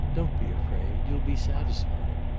don't be afraid you'll be satisfied.